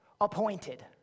appointed